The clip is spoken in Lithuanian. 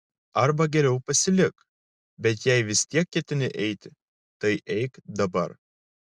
arba geriau pasilik bet jei vis tiek ketini eiti tai eik dabar